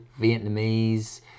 Vietnamese